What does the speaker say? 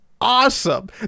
awesome